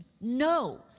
No